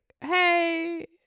Hey